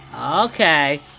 Okay